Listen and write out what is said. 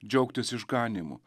džiaugtis išganymu